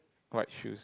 white shoes